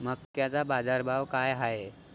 मक्याचा बाजारभाव काय हाय?